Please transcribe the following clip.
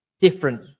different